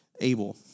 Abel